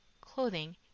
clothing